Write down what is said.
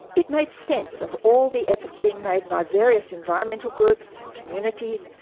it made sense of all the efforts being made by various environmental groups, communities,